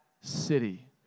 city